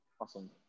Awesome